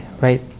right